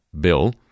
bill